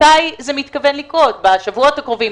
מתי זה מתכוון לקרות בשבועות הקרובים,